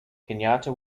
kenyatta